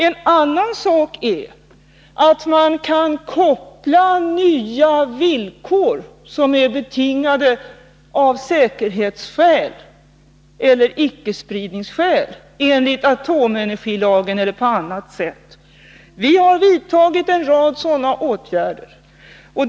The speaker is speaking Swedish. En annan sak är att man kan koppla in nya villkor som är betingade av säkerhetsskäl eller icke-spridningsskäl enligt atomenergilagen eller på annat sätt. Vi har vidtagit en rad sådana åtgärder.